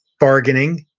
bargaining,